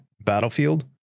battlefield